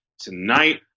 Tonight